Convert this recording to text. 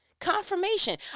confirmation